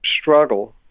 struggle